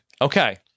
okay